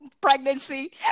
Pregnancy